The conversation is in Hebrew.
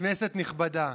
כנסת נכבדה,